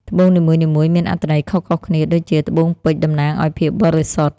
ត្បូងនីមួយៗមានអត្ថន័យខុសៗគ្នាដូចជា ត្បូងពេជ្រតំណាងឱ្យភាពបរិសុទ្ធ។